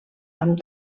amb